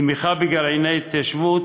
תמיכה בגרעיני התיישבות,